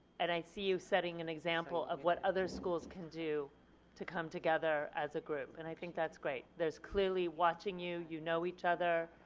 and i see you setting and example of what other schools can do to come together as a group and i think that's great. there's clearly, watching you, you know each other,